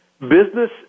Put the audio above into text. Business